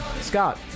Scott